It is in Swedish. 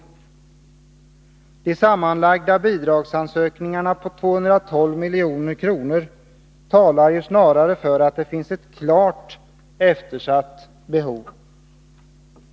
De sammanlagda bidragsansökningarna på 212 milj.kr. talar snarare för att det finns ett klart eftersatt behov.